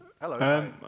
Hello